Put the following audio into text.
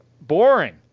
Boring